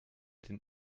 den